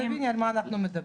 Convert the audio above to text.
שתביני על מה אנחנו מדברים.